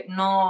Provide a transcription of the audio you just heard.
no